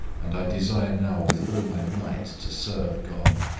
and i desire now with all my might to serve god,